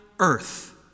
earth